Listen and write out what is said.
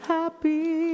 Happy